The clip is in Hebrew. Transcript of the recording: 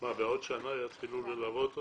בעוד שנה יתחילו ללוות אותם?